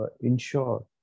ensure